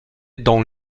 dans